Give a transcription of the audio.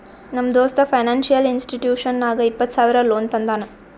ನಮ್ ದೋಸ್ತ financial institution ನಾಗ್ ಇಪ್ಪತ್ತ ಸಾವಿರ ಲೋನ್ ತಂದಾನ್